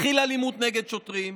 מכיל אלימות נגד שוטרים.